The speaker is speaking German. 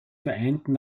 vereinten